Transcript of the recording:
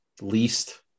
least